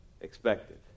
expected